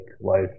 life